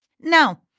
Now